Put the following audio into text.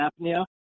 apnea